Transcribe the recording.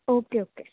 okay okay